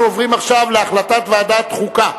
אנחנו עוברים עכשיו להחלטת ועדת החוקה.